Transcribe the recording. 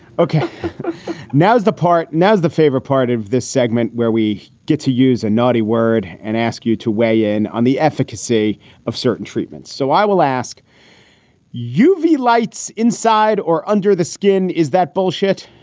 ok now is the part now is the favorite part of this segment where we get to use a naughty word and ask you to weigh in on the efficacy of certain treatments. so i will ask you, v lights inside or under the skin, is that bullshit?